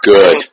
Good